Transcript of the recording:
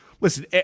Listen